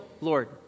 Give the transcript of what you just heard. Lord